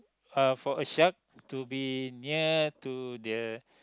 uh for a shark to be near to the